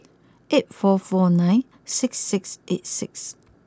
eight four four nine six six eight six